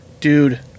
dude